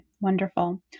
wonderful